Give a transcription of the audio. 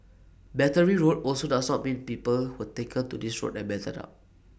Battery Road also does not mean people were taken to this road and battered up